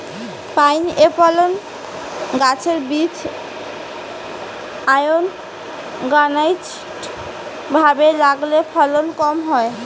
pineapple গাছের বীজ unorganised ভাবে লাগালে ফলন কম হয়